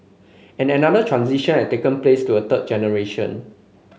and another transition had taken place to a third generation